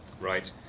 Right